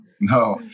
No